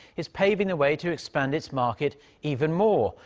is paving the way to expand its market even more.